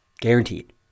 Guaranteed